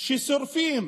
ששורפים